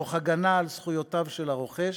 תוך הגנה על זכויותיו של הרוכש.